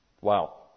Wow